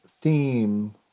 theme